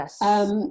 Yes